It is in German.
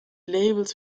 labels